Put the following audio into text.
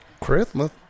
Christmas